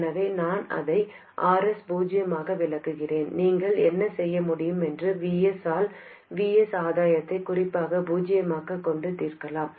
எனவே நான் அதை Rs பூஜ்ஜியமாக விளக்குகிறேன் நீங்கள் என்ன செய்ய முடியும் என்பது Vs ஆல் Vs ஆதாயத்தை குறிப்பாக பூஜ்ஜியமாகக் கொண்டு தீர்க்கலாம்